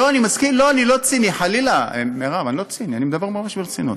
לא, אני לא ציני, חלילה, אני מדבר ממש ברצינות.